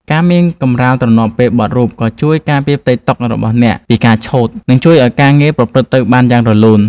ការមានកម្រាលទ្រនាប់ពេលបត់រូប ក៏ជួយការពារផ្ទៃតុរបស់អ្នកពីការឆ្កូត និងជួយឱ្យការងារប្រព្រឹត្តទៅបានយ៉ាងរលូន។